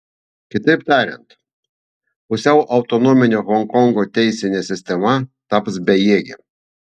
kitaip tariant pusiau autonominė honkongo teisinė sistema taps bejėgė